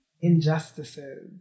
injustices